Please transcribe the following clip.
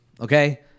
Okay